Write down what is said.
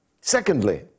Secondly